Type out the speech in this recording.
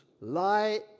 lie